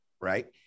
Right